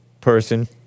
person